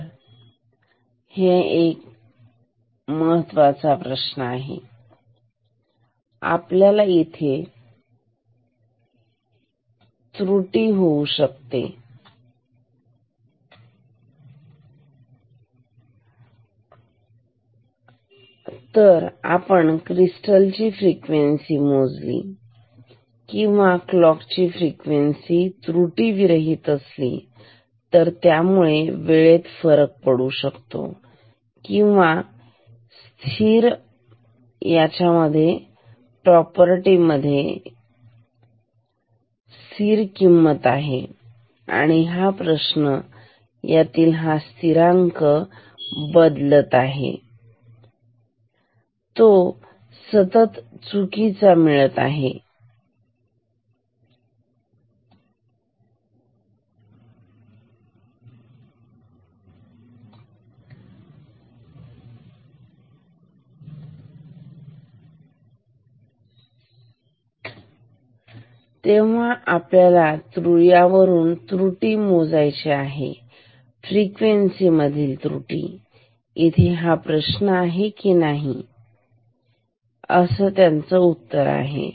तर हा अगदी महत्वाचा प्रश्न आहे इथे आपल्याला काही त्रुटी होऊ शकतात जर आपण क्रिस्टल ची फ्रिक्वेन्सी मोजली तर किंवा क्लॉक ची फ्रिक्वेन्सी त्रुटी विरहित असली तर त्यामुळे वेळेत थोडाफार फरक पडू शकतो किंवा स्थिर यामध्ये तर ही स्थिर किंमत आहे किंवा हा प्रश्न यातील हा स्थिरांक जर तो बदलत आहे किंवा तो सतत चुकीचा मिळत आहे तेव्हा आपल्याला यावरून त्रुटी मोजायची आहे फ्रिक्वेन्सी मधील त्रुटी इथे हा प्रश्न आहे आणि नाही असं त्याचे उत्तर आहे का